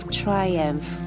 triumph